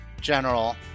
general